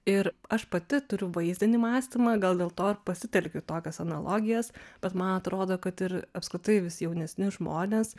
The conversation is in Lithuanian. ir aš pati turiu vaizdinį mąstymą gal dėl to pasitelkiu tokias analogijas bet man atrodo kad ir apskritai vis jaunesni žmonės